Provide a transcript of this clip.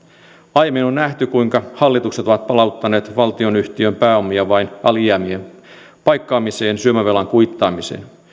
aiemmin on nähty kuinka hallitukset ovat palauttaneet valtionyhtiön pääomia vain alijäämien paikkaamiseen syömävelan kuittaamiseen